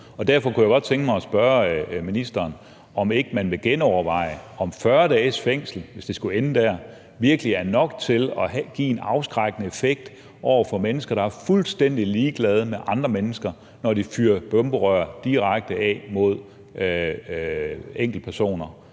Derfor kunne jeg godt tænke mig at spørge ministeren, om ikke man vil genoverveje, om 40 dages fængsel, hvis det skulle ende der, virkelig er nok til at give en afskrækkende effekt over for mennesker, der er fuldstændig ligeglade med andre mennesker, når de fyrer bomberør direkte af mod enkeltpersoner,